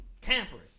Tampering